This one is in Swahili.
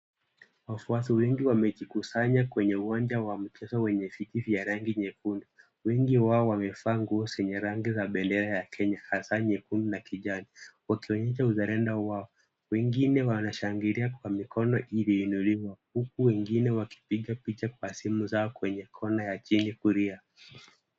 Wafuasi wengi wamejikusanya kwenye uwanja wa michezo wenye viti vya rangi nyekundu. Wengi wao wamevaa mguo zenye rangi ya bendera ya Kenya, hasa nyekundu na kijani, wakionyesha uzalendo wao. Wengine wanashangilia kwa mikono iliyoinuliwa, huku wengine wakipiga picha kwenye simu zao, kwenye kona ya chini, kulia.